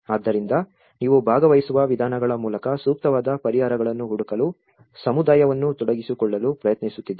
ಆದ್ದರಿಂದ ನೀವು ಭಾಗವಹಿಸುವ ವಿಧಾನಗಳ ಮೂಲಕ ಸೂಕ್ತವಾದ ಪರಿಹಾರಗಳನ್ನು ಹುಡುಕಲು ಸಮುದಾಯವನ್ನು ತೊಡಗಿಸಿಕೊಳ್ಳಲು ಪ್ರಯತ್ನಿಸುತ್ತಿದ್ದೀರಿ